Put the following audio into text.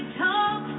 talk